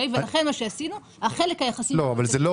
לכן, מה שעשינו זה החלק היחסי של כל תשלום